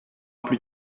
plus